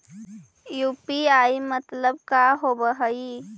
UPI मतलब का होब हइ?